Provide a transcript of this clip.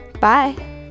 bye